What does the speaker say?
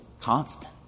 constant